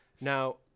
Now